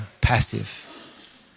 passive